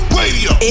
radio